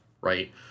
right